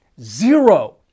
Zero